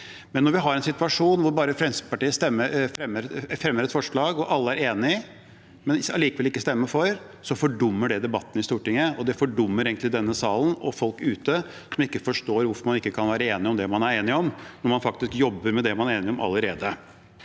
Når vi har en situasjon hvor Fremskrittspartiet fremmer et forslag, og alle er enige, men allikevel ikke stemmer for, fordummer det debatten i Stortinget. Det fordummer denne salen, og folk utenfor forstår ikke hvorfor man ikke kan være enige om det man er enige om, når man faktisk jobber med det man enige om allerede.